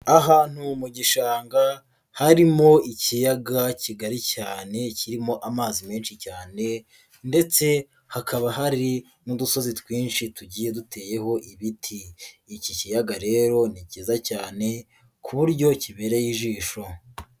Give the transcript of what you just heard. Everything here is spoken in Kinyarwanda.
Ahantu mu gishanga harimo ikiyaga kigari cyane kirimo amazi menshi cyane ndetse hakaba hari n'udusozi twinshi tugiye duteyeho ibiti. Iki kiyaga rero ni cyiza cyane ku buryo kibereye ijisho.